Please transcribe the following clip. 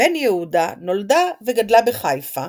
בן יהודה נולדה וגדלה בחיפה,